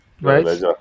right